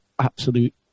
Absolute